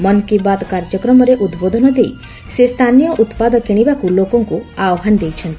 ମନ୍ କୀ ବାତ୍ କାର୍ଯ୍ୟକ୍ରମରେ ଉଦ୍ବୋଧନ ଦେଇ ସେ ସ୍ଥାନୀୟ ଉତ୍ପାଦ କିଣିବାକୁ ଲୋକଙ୍କୁ ଆହ୍ୱାନ ଦେଇଛନ୍ତି